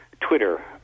Twitter